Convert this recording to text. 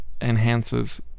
enhances